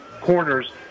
corners